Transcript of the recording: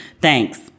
Thanks